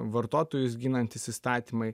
vartotojus ginantys įstatymai